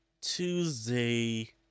Tuesday